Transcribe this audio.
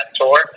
tour